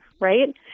right